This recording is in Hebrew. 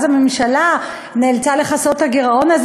אז הממשלה נאלצה לכסות את הגירעון הזה